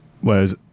Whereas